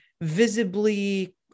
visibly